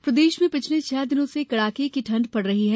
मौसम प्रदेश में पिछले छह दिनों से कड़ाके की ठंड पड़ रही है